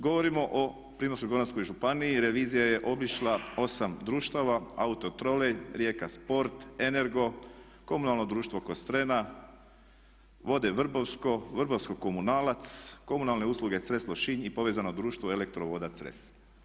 Govorimo o Primorsko-goranskoj županiji i revizija je obišla 8 društava, Autotrolej, Rijeka Sport, energo, komunalno društvo Kostrena, Vode Vrbovsko, Vrbovsko komunalac, komunalne usluge Cres Lošinj i povezano društvo ELEKTRO - VODA Cres.